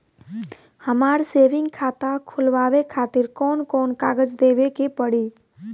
हमार सेविंग खाता खोलवावे खातिर कौन कौन कागज देवे के पड़ी?